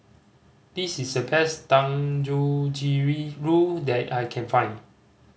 this is the best Dangojiriru that I can find